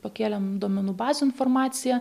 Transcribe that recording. pakėlėm duomenų bazių informaciją